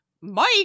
Mike